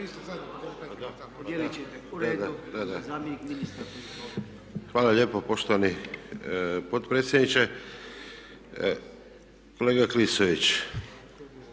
Hvala lijepo poštovani potpredsjedniče. Kolega Klisović,